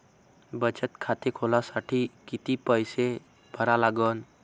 बचत खाते खोलासाठी किती पैसे भरा लागन?